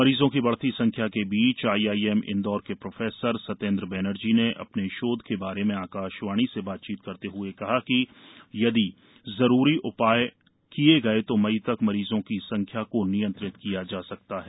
मरीजों की बढ़ती संख्या के बीच आईआईएम इंदौर के प्रोफेसर सत्येंद्र बैनर्जी ने अपने शोध के बारे में आकाशवाणी से बात करते हुए कहा कि यदि जरूरी उपाय किए गए तो मई तक मरीजों की संख्या को नियंत्रित किया जा सकता है